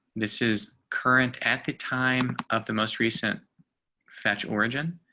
this is current at the time of the most recent fetch origin.